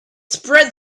spread